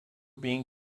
being